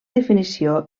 definició